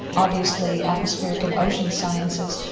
obviously atmospheric and ocean sciences,